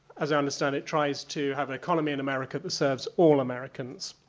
as i understand it, tries to have an economy in america that serves all americans.